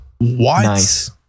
Nice